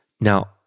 Now